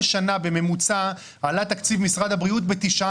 שנה בממוצע עלה תקציב משרד הבריאות ב-9%,